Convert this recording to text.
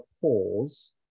pause